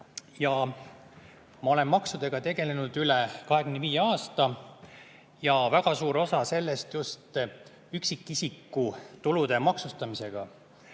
ja ma olen maksudega tegelenud üle 25 aasta ja väga suur osa sellest just üksikisiku tulude maksustamisega.